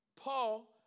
Paul